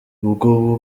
ubwo